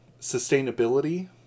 sustainability